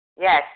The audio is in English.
Yes